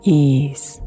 ease